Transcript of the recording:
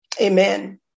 Amen